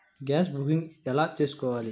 Gas booking ఎలా చేసుకోవాలి?